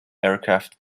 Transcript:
aircraft